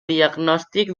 diagnòstic